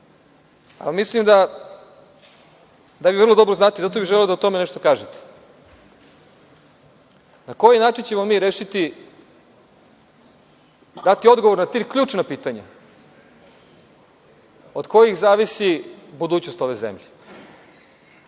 ali mislim da vi vrlo dobro znate, zato bih želeo da o tome nešto kažete. Na koji način ćemo mi rešiti, dati odgovor na tri ključna pitanja od kojih zavisi budućnost ove zemlje,